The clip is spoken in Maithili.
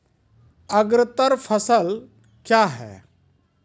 अग्रतर फसल क्या हैं?